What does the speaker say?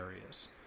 areas